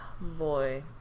Boy